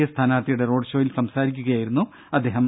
A സ്ഥാനാർത്ഥിയുടെ road ഷോയിൽ സംസാരിക്കുകയായിരുന്നു അദ്ദേഹം